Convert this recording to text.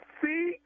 see